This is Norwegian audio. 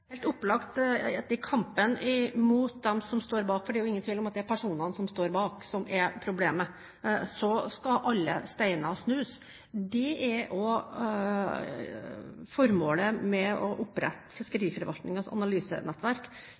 helt opplagt at i kampen mot dem som står bak – for det er jo ingen tvil om at det er personene som står bak, som er problemet – skal alle steiner snus. Det er også formålet med å opprette Fiskeriforvaltningens analysenettverk.